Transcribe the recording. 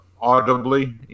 audibly